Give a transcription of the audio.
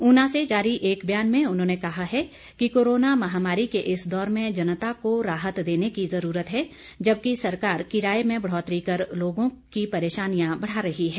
ऊना से जारी एक बयान में उन्होंने कहा है कि कोरोना महामारी के इस दौर में जनता को राहत देने की जरूरत है जबकि सरकार किराए में बढ़ौतरी कर लोगों की पेरशानियां बढ़ा रही है